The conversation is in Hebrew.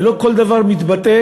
ולא כל דבר מתבטא